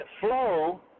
flow